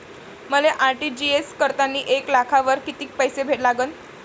मले आर.टी.जी.एस करतांनी एक लाखावर कितीक पैसे लागन?